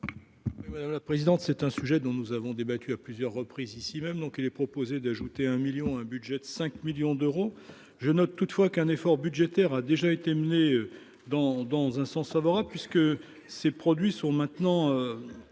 Madame la présidente, c'est un sujet dont nous avons débattu à plusieurs reprises ici même, donc il est proposé d'ajouter un million un budget de 5 millions d'euros, je note toutefois qu'un effort budgétaire a déjà été menée dans dans un sens favorable puisque ces produits sont maintenant